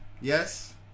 Yes